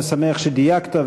אני שמח שדייקת,